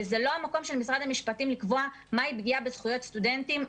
וזה לא המקום של משרד המשפטים לקבוע מה היא פגיעה בזכויות סטודנטים,